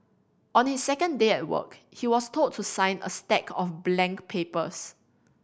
on his second day at work he was told to sign a stack of blank papers